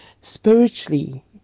spiritually